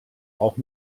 auch